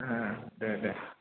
ओम दे दे